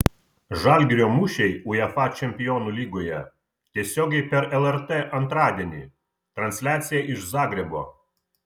žalgirio mūšiai uefa čempionų lygoje tiesiogiai per lrt antradienį transliacija iš zagrebo